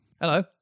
hello